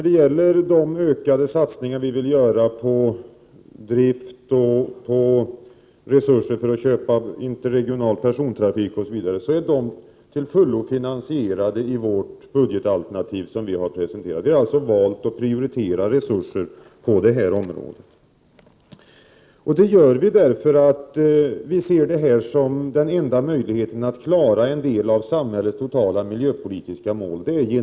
De ökade satsningar som vi vill göra på drift och på resurser för att köpa interregional persontrafik osv. är till fullo finansierade i vårt budgetalternativ, som vi har presenterat. Vi har således valt att prioritera resurser på det här området. Vi gör det därför att vi ser kraftiga satsningar på järnvägen som enda möjligheten att klara en del av samhällets totala miljöpolitiska mål.